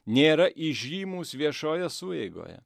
nėra įžymūs viešoje sueigoje